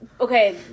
Okay